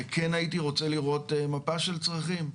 וכן הייתי רוצה לראות מפה של צרכים.